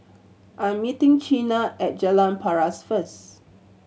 I am meeting Chyna at Jalan Paras first